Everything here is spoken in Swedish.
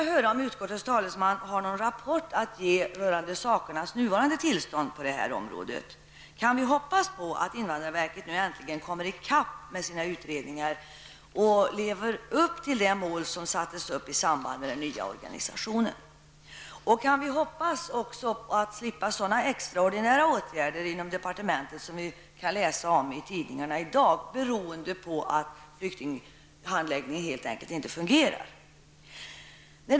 Har utskottets talesman någon rapport att ge rörande sakernas nuvarande tillstånd på detta område? Kan vi hoppas på att invandrarverket nu äntligen kommer i kapp med sina utredningar och lever upp till det mål som sattes upp i samband med den nya organisationen? Kan vi också hoppas slippa sådana extraordinära åtgärder inom departementet som vi kan läsa om i tidningarna i dag, beroende på att flyktinghandläggningen helt enkelt inte fungerar?